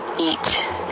eat